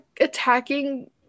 attacking